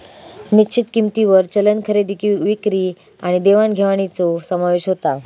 निश्चित किंमतींवर चलन खरेदी विक्री आणि देवाण घेवाणीचो समावेश होता